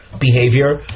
behavior